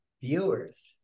viewers